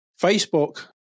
Facebook